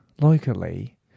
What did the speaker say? locally